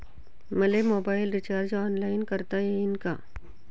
मले mobile recharge online करता येईन का?